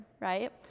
right